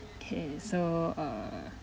okay so err